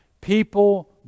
People